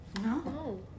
No